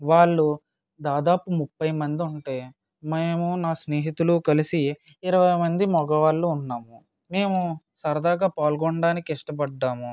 వాళ్ళు దాదాపు ముప్పై మంది ఉంటే మేము నా స్నేహితులు కలిసి ఇరవై మంది మగవాళ్ళు ఉన్నాము మేము సరదాగా పాల్గొనడానికి ఇష్టపడ్డాము